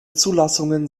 zulassungen